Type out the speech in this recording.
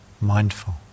mindful